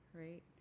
right